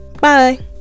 bye